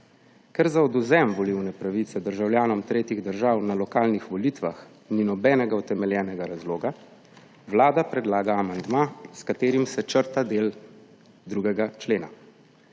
Ker za odvzem volilne pravice državljanom tretjih držav na lokalnih volitvah ni nobenega utemeljenega razloga, Vlada predlaga amandma, s katerim se črta del 2. člena.